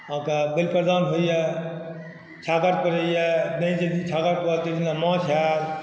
आहाँ के बलि प्रदान होइया छागर पड़ैया नहि जाहि दिन छागर पड़ल ताहि दिना माछ आयल